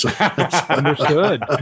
Understood